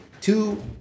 Two